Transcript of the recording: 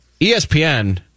ESPN